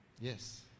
Yes